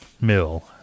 mill